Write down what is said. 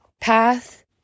path